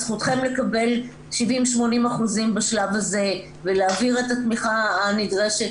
זכותכם לקבל 70%-80% אחוזים בשלב הזה ולהעביר את התמיכה הנדרשת,